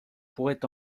pourrait